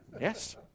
Yes